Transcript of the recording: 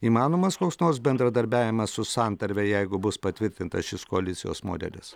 įmanomas koks nors bendradarbiavimas su santarve jeigu bus patvirtintas šis koalicijos modelis